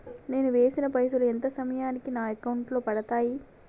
నేను వేసిన పైసలు ఎంత సమయానికి నా అకౌంట్ లో పడతాయి?